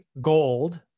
gold